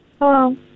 Hello